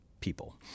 people